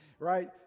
right